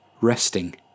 resting